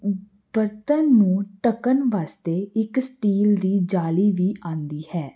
ਬਰਤਨ ਨੂੰ ਢਕਣ ਵਾਸਤੇ ਇੱਕ ਸਟੀਲ ਦੀ ਜਾਲੀ ਵੀ ਆਉਂਦੀ ਹੈ